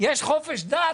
יש חופש דת,